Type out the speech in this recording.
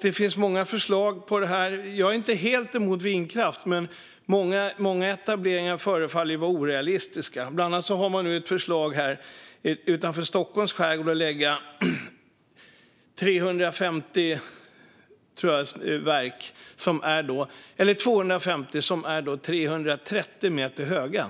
Det finns många förslag. Jag är inte helt emot vindkraft, men många etableringar förefaller vara orealistiska. Bland annat finns ett förslag om att utanför Stockholms skärgård lägga 250 verk som är 330 meter höga.